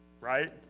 right